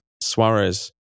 Suarez